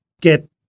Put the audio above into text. get